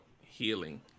healing